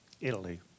Italy